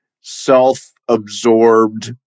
self-absorbed